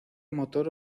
motor